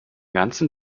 ganzen